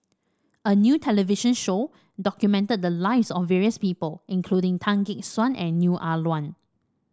a new television show documented the lives of various people including Tan Gek Suan and Neo Ah Luan